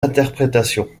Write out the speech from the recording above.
interprétations